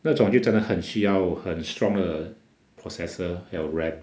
那种就真的很需要很 strong 的 processor 还有 R_A_M